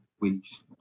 weeks